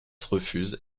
refuse